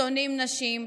שונאים נשים,